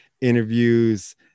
interviews